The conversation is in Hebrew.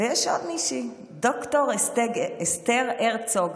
יש עוד מישהי, ד"ר אסתר הרצוג.